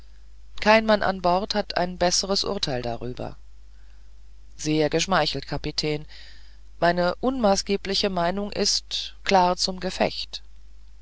kein mann an bord hat ein besseres urteil darüber sehr geschmeichelt kapitän meine unmaßgebliche meinung ist klar zum gefecht